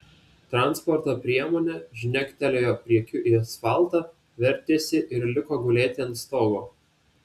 transporto priemonė žnektelėjo priekiu į asfaltą vertėsi ir liko gulėti ant stogo